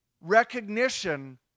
recognition